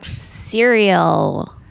Cereal